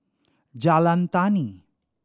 Jalan Tani